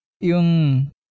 yung